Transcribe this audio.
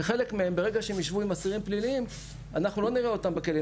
וחלק מהם ברגע שהם ישבו עם אסירים פליליים אנחנו לא נראה אותם בכלא.